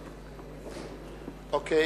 אוקיי.